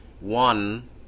one